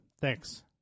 Thanks